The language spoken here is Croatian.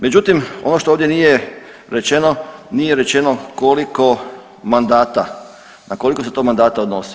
Međutim, ono što ovdje nije rečeno, nije rečeno koliko mandata, na koliko se to mandata odnosi.